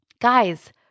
Guys